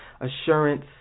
assurance